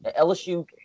LSU